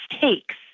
takes